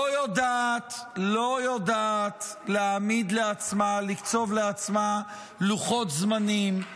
לא יודעת לקצוב לעצמה לוחות זמנים,